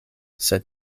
sed